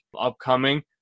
upcoming